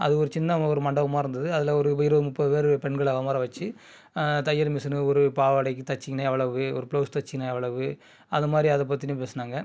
அது ஒரு சின்ன ஒரு மண்டபமாக இருந்தது அதில் ஒரு இருபது முப்பது பேர் பெண்களை அமர வெச்சு தையல் மிசினு ஒரு பாவாடைக்கு தைச்சீங்கன்னா எவ்வளவு ஒரு ப்ளவுஸ் தைச்சீங்கன்னா எவ்வளவு அது மாதிரி அதை பற்றின பேசினாங்க